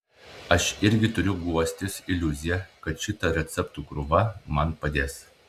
aš irgi turiu guostis iliuzija kad šita receptų krūva man padės